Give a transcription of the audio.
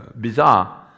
bizarre